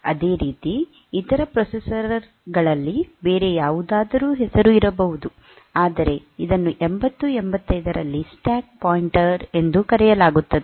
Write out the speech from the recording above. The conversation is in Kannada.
ಅದೇ ರೀತಿ ಇತರ ಪ್ರೊಸೆಸರ್ ಗಳಲ್ಲಿ ಬೇರೆ ಯಾವುದಾದರೂ ಹೆಸರು ಇರಬಹುದು ಆದರೆ ಇದನ್ನು 8085 ರಲ್ಲಿ ಸ್ಟ್ಯಾಕ್ ಪಾಯಿಂಟರ್ ಎಂದು ಕರೆಯಲಾಗುತ್ತದೆ